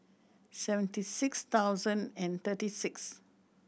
seventy six thousand and thirty six